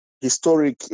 historic